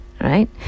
right